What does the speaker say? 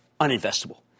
uninvestable